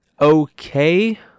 Okay